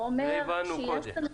זה הבנו קודם.